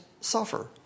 suffer